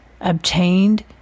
obtained